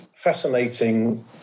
Fascinating